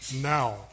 now